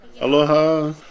Aloha